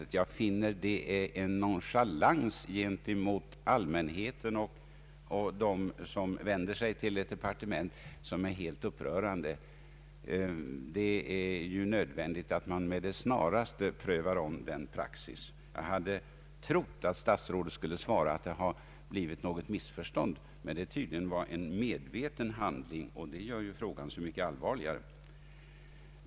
Ett sådant förfarande anser jag vara en nonchalans gentemot den allmänhet som vänder sig till departementet som är helt upprörande. Det är nödvändigt att med det snaraste pröva om denna praxis. Jag hade trott att statsrådet skulle svara att det uppstått något missförstånd, men det var tydligen en medveten handling, och detta gör saken så mycket allvarligare.